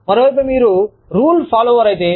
మరోవైపు మీరు rule follower అయితే